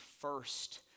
first